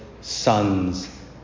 sons